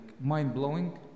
mind-blowing